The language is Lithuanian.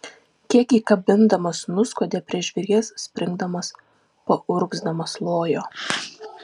kiek įkabindamas nuskuodė prie žvėries springdamas paurgzdamas lojo